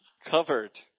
covered